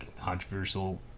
controversial